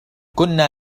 كنا